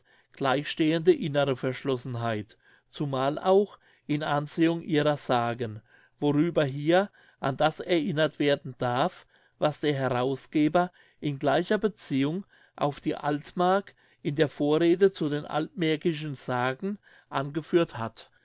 gleichstehende innere verschlossenheit zumal auch in ansehung ihrer sagen worüber hier an das erinnert werden darf was der herausgeber in gleicher beziehung auf die altmark in der vorrede zu den altmärkischen sagen angeführt hat